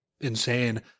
insane